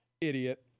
Idiot